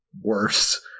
worse